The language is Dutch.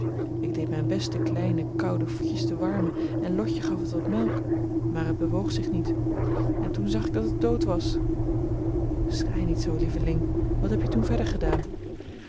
ik deed mijn best de kleine koude voetjes te warmen en lotje gaf het wat melk maar het bewoog zich niet en toen zag ik dat het dood was schrei niet zoo lieveling wat heb je toen verder gedaan